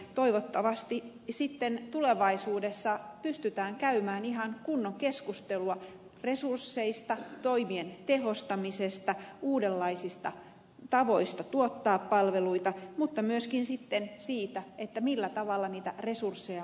toivottavasti sitten tulevaisuudessa pystytään käymään ihan kunnon keskustelua resursseista toimien tehostamisesta uudenlaisista tavoista tuottaa palveluita mutta myöskin sitten siitä millä tavalla niitä resursseja kohdistetaan